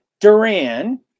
Duran